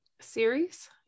series